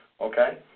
Okay